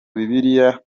bibiliya